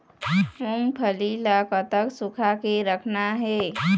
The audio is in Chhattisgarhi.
मूंगफली ला कतक सूखा के रखना हे?